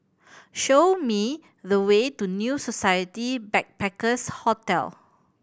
show me the way to New Society Backpackers' Hotel